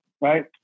right